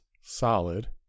solid